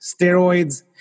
steroids